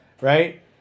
right